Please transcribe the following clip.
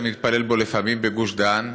שאני מתפלל בו לפעמים בגוש-דן,